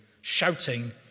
shouting